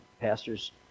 pastors